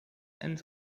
and